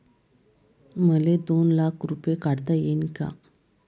मले दोन लाख रूपे काढता येईन काय?